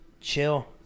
chill